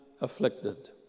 afflicted